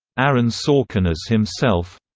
aaron sorkin as himself